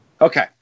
Okay